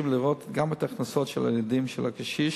לראות גם את ההכנסות של הילדים של הקשיש